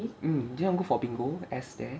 mm this one go for bingo S there